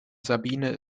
sabine